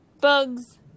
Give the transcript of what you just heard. bugs